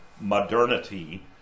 modernity